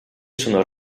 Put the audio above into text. sono